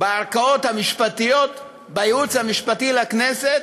מאוד בערכאות המשפטיות, בייעוץ המשפטי לכנסת,